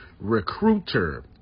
recruiter